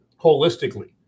holistically